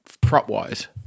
prop-wise